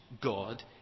god